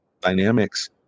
dynamics